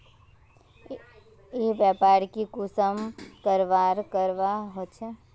ई व्यापार की कुंसम करवार करवा होचे?